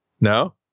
No